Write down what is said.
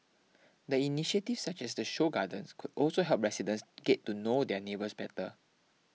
the initiatives such as the show gardens could also help residents get to know their neighbours better